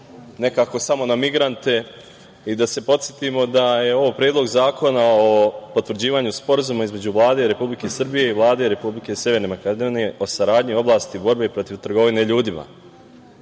nekako samo na migrante i da se podsetimo da je ovo Predlog zakona o potvrđivanju Sporazuma između Vlade Republike Srbije i Vlade Republike Severne Makedonije o saradnji u oblasti borbe protiv trgovine ljudima. Trgovina